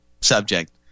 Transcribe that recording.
subject